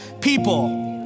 people